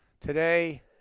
Today